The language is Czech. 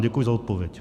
Děkuji za odpověď.